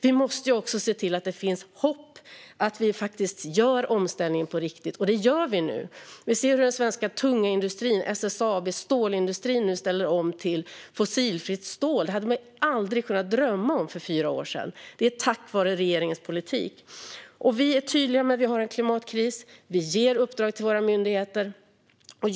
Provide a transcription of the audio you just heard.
Vi måste också se till att det finns hopp om att göra en omställning på riktigt. Det gör vi nu. Vi ser hur den tunga stålindustrin och SSAB nu ställer om till fossilfritt stål. Det hade man aldrig kunnat drömma om för fyra år sedan. Detta är tack vare regeringens politik. Vi är tydliga med att vi har en klimatkris. Vi ger uppdrag till våra myndigheter.